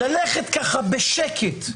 ללכת בשקט,